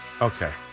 Okay